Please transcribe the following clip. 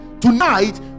tonight